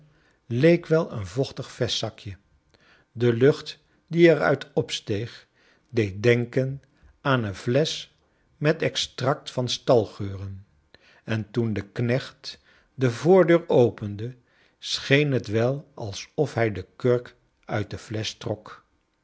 leek wel een vochtig vestzakje de lucht die er uit opsteeg deed denken aan een flesch met extract van stalgeuren en toen de knecht de voordeur opende scheen het wel alsof hij de kurk uit de flesch trok